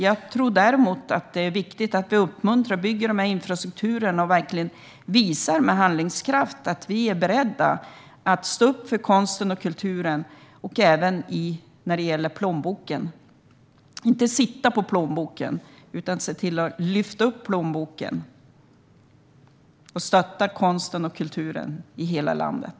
Jag tror däremot att det är viktigt att vi uppmuntrar och bygger infrastrukturer och med handlingskraft visar att vi är beredda att stå upp för konsten och kulturen, även när det gäller plånboken. Vi ska inte sitta på plånboken, utan vi ska se till att lyfta upp den och stötta konsten och kulturen i hela landet.